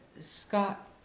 Scott